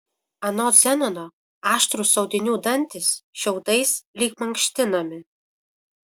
anot zenono aštrūs audinių dantys šiaudais lyg mankštinami